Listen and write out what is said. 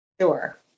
sure